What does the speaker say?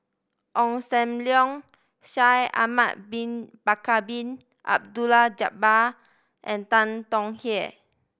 Ong Sam Leong Shaikh Ahmad Bin Bakar Bin Abdullah Jabbar and Tan Tong Hye